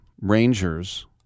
Rangers